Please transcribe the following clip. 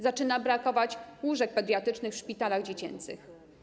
Zaczyna brakować łóżek pediatrycznych w szpitalach dziecięcych.